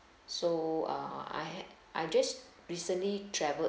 so uh I I just recently travelled